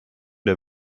der